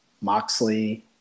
moxley